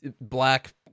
black